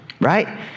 right